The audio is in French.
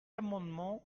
amendement